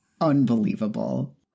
unbelievable